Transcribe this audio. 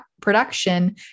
production